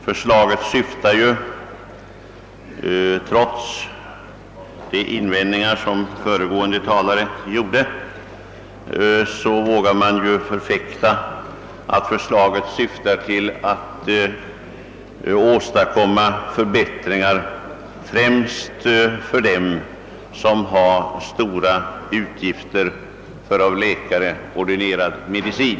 Förslaget syftar — det vågar jag förfäkta trots de invändningar som föregående talare gjorde — till att åstadkomma förbättringar främst för dem som har stora utgifter för av läkare ordinerad medicin.